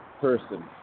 person